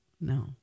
No